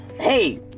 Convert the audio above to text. Hey